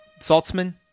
Saltzman